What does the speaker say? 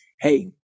hey